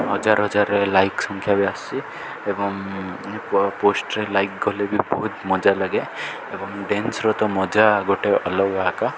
ହଜାର ହଜାରରେ ଲାଇକ୍ ସଂଖ୍ୟା ବି ଆସିଛି ଏବଂ ପ ପୋଷ୍ଟରେ ଲାଇକ୍ ଗଲେ ବି ବହୁତ ମଜା ଲାଗେ ଏବଂ ଡ୍ୟାନ୍ସର ତ ମଜା ଗୋଟେ ଅଲଗା ଆକା